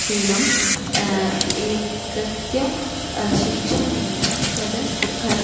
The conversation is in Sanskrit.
एवम् एकस्य शिक्षणेन तद् कर्